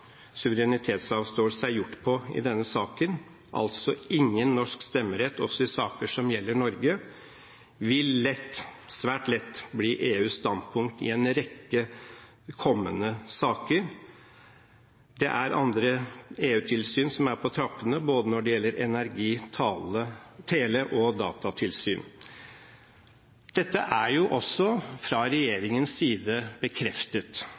suverenitetsavståelse er gjort på i denne saken, altså ingen norsk stemmerett i saker som gjelder Norge, vil svært lett bli EUs standpunkt i en rekke kommende saker. Det er andre EU-tilsyn som er på trappene når det gjelder både energi-, tele- og datatilsyn. Dette er også fra regjeringens side bekreftet.